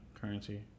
currency